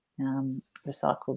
recycled